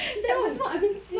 that was what I been saying